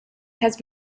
has